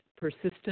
Persistent